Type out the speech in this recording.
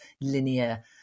linear